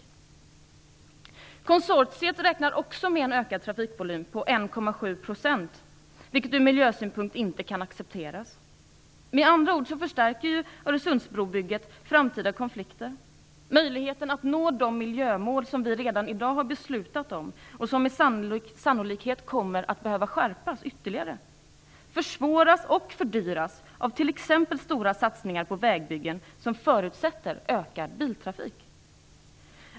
Och konsortiet räknar med en ökad trafikvolym på 1,7 %, vilket ur miljösynpunkt inte kan accepteras. Med andra ord förstärker Öresundsbrobygget framtida konflikter. Möjligheten att nå de miljömål som vi redan har beslutat om och som sannolikt kommer att behöva skärpas ytterligare försvåras och fördyras av t.ex. stora satsningar på vägbyggen som förutsätter ökad biltrafik.